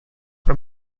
pro